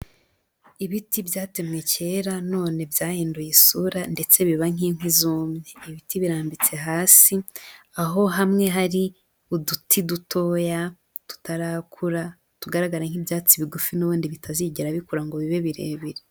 Ibiti byatemye kera none byahinduye isura ndetse biba nk'inkwi zumye, ibiti birambitse hasi aho hamwe hari uduti dutoya tutarakura tugaragara nk'ibyatsi bigufi n'ubundi bitazigera bikura ngo bibe birebire.